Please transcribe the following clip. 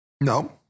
No